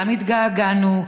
גם התגעגענו,